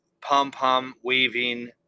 pom-pom-waving